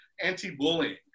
anti-bullying